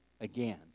Again